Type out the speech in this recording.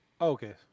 Okay